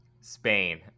spain